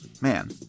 man